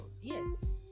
Yes